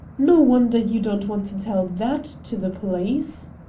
no wonder you don't want to tell that to the police!